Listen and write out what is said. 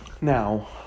Now